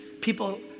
People